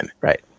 Right